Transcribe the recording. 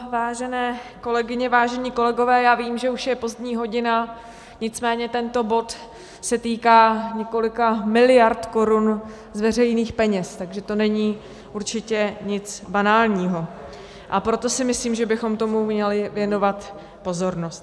Vážené kolegyně, vážení kolegové, já vím, že už je pozdní hodina, nicméně tento bod se týká několika miliard korun z veřejných peněz, takže to není určitě nic banálního, a proto si myslím, že bychom tomu měli věnovat pozornost.